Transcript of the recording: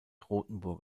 rothenburg